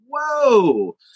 whoa